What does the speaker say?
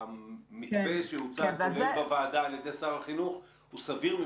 המתווה שהוצע קודם בוועדה על ידי שר החינוך הוא סביר,